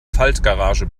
faltgarage